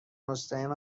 مستقیم